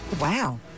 Wow